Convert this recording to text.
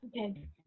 Okay